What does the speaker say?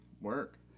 work